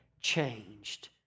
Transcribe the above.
changed